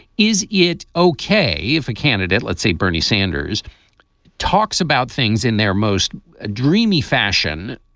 is it okay if a candidate, let's say bernie sanders talks about things in their most dreamy fashion,